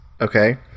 Okay